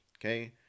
okay